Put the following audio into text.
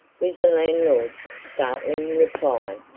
was the landlord's startling reply.